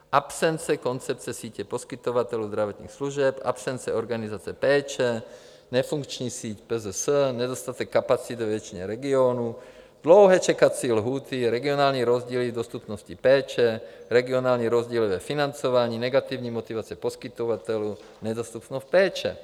Absence koncepce sítě poskytovatelů zdravotních služeb, absence organizace péče, nefunkční síť PZS, nedostatek kapacit ve většině regionů, dlouhé čekací lhůty, regionální rozdíly v dostupnosti péče, regionální rozdíly ve financování, negativní motivace poskytovatelů, nedostupnost péče.